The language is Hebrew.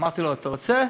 אמרתי לו: אתה רוצה,